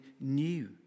new